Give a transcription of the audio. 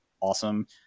awesome